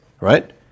right